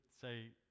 say